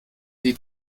die